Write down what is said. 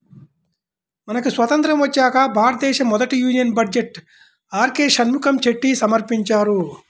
మనకి స్వతంత్రం వచ్చాక భారతదేశ మొదటి యూనియన్ బడ్జెట్ను ఆర్కె షణ్ముఖం చెట్టి సమర్పించారు